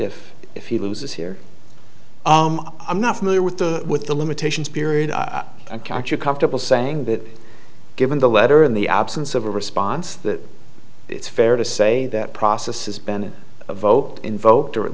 if if he loses here i'm not familiar with the with the limitations period i can't you're comfortable saying that given the letter in the absence of a response that it's fair to say that process has been a vote in vote or at